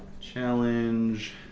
Challenge